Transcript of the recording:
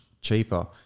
cheaper